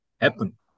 happen